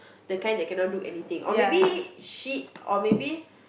the kind that cannot do anything or maybe she or maybe